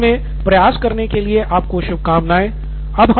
समाधान चरण में प्रयास करने के लिए आपको शुभकामनाएं